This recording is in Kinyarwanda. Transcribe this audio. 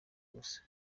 gusa